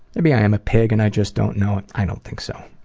maybe i am a pig and i just don't know it. i don't think so.